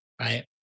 right